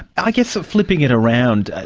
i guess, flipping it around,